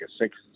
six